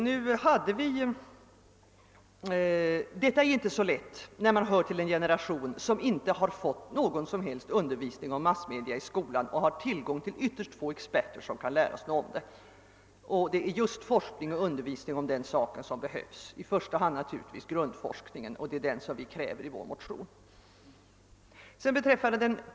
Det är inte så lätt att veta något härom, när man hör till en generation som inte har fått någon som helst undervisning om massmedia i skolan och bara har tillgång till ytterst få experter som kan lära en något om det. Det är forskning och undervisning om detta som behövs, i första hand naturligtvis grundforskning, och det är sådan som vi kräver i vår motion.